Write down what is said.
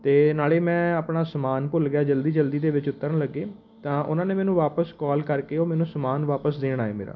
ਅਤੇ ਨਾਲ਼ੇ ਮੈਂ ਆਪਣਾ ਸਮਾਨ ਭੁੱਲ ਗਿਆ ਜਲਦੀ ਜਲਦੀ ਦੇ ਵਿੱਚ ਉਤਰਨ ਲੱਗੇ ਤਾਂ ਉਹਨਾਂ ਨੇ ਮੈਨੂੰ ਵਾਪਸ ਕੋਲ ਕਰਕੇ ਉਹ ਮੈਨੂੰ ਸਮਾਨ ਵਾਪਸ ਦੇਣ ਆਏ ਮੇਰਾ